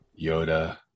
Yoda